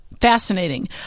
Fascinating